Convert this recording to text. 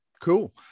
cool